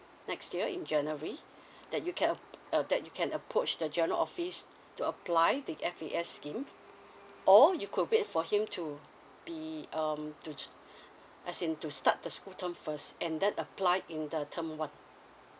next year in january that you can uh uh that you can approach the general office to apply the F_A_S scheme or you could wait for him to be um to as in to start the school term first and then apply in the term one